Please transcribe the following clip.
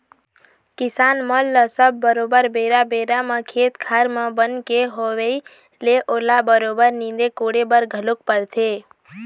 किसान मन ल सब बरोबर बेरा बेरा म खेत खार म बन के होवई ले ओला बरोबर नींदे कोड़े बर घलोक परथे